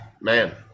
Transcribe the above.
Man